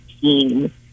team